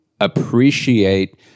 appreciate